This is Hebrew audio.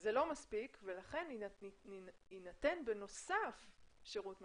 שזה לא מספיק ולכן יינתן בנוסף שירות מרחוק.